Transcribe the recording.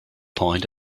point